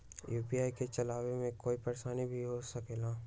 UPI के चलावे मे कोई परेशानी भी हो सकेला?